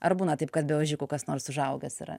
ar būna taip kad be ožiukų kas nors užaugęs yra